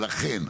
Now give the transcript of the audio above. ולכן,